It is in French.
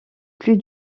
plus